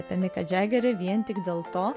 apie miką džagerį vien tik dėl to